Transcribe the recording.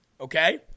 Okay